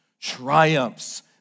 triumphs